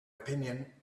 opinion